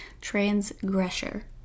Transgressor